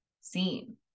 seen